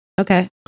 okay